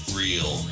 real